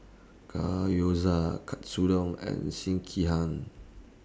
Gyoza Katsudon and Sekihan